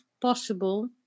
possible